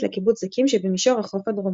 לקיבוץ זיקים שבמישור החוף הדרומי,